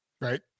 Right